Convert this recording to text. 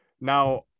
now